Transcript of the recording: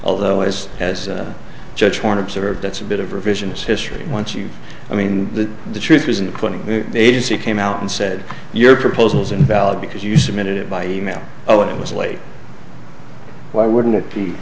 although as as a judge one observed that's a bit of revisionist history once you i mean the the truth isn't twenty agency came out and said your proposals invalid because you submitted it by email oh it was late why wouldn't it be